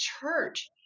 church